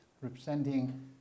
representing